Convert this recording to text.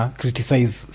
criticize